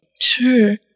Sure